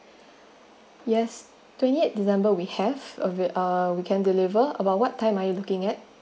yes twenty eight december we have of it uh we can deliver about what time are you looking at